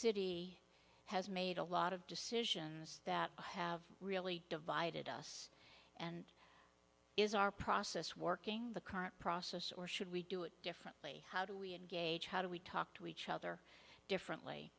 city has made a lot of decisions that have really divided us and is our process working the current process or should we do it differently how do we engage how do we talk to each other differently